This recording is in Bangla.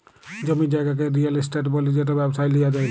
জমি জায়গাকে রিয়েল ইস্টেট ব্যলে যেট ব্যবসায় লিয়া যায়